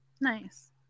Nice